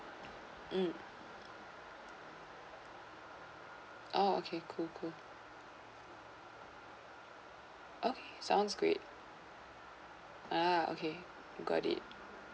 mm oh okay cool cool okay sounds great ya okay got it